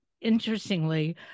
interestingly